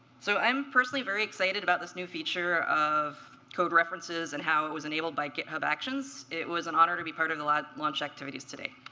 so i'm personally very excited about this new feature of code references and how it was enabled by github actions. it was an honor to be part of the launch activities today.